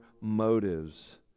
motives